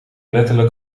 letterlijk